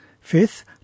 Fifth